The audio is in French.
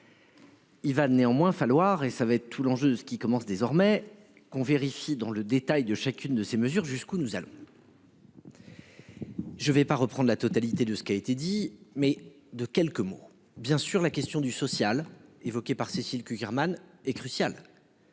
Il va néanmoins falloir et ça va être tout l'enjeu de ce qui commence désormais qu'on vérifie dans le détail de chacune de ces mesures. Jusqu'où nous allons. Je vais pas reprendre la totalité de ce qui a été dit, mais de quelques mots bien sûr la question du social évoqué par Cécile Cukierman est crucial.